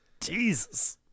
Jesus